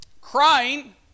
crying